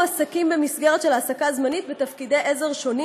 מועסקים במסגרת של העסקה זמנית בתפקידי עזר שונים